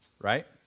Right